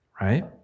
right